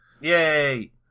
Yay